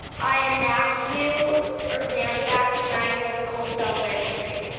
i am matthew urbaniak and i go to coles elementary.